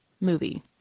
movie